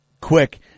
quick